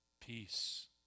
peace